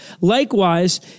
Likewise